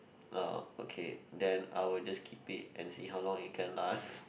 oh okay then I will just keep it and see how long it can last